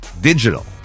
digital